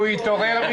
הוא התעורר,